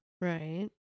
Right